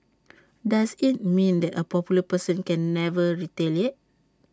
does IT mean that A popular person can never retaliate